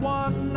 one